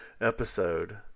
episode